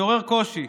מתעורר קושי,